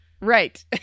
Right